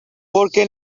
porque